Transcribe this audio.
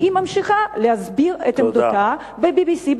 והיא ממשיכה להסביר את עמדתה ב-BBC,